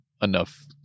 enough